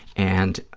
and